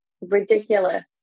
Ridiculous